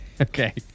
Okay